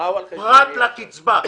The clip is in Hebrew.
פרט לקצבה.